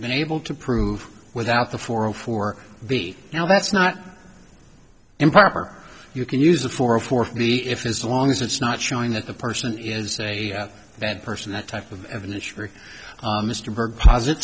been able to prove without the forum for the you know that's not improper you can use it for a for the if is long as it's not showing that the person is a bad person that type of industry mr berg posit